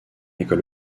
école